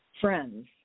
friends